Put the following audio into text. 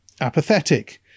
apathetic